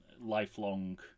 lifelong